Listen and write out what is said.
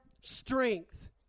strength